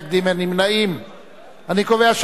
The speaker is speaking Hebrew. נא להצביע.